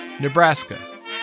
Nebraska